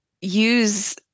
use